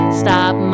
stop